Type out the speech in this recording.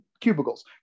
cubicles